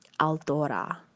Aldora